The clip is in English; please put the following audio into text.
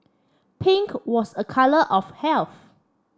pink was a colour of health